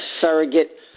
surrogate